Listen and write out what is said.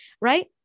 right